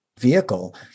vehicle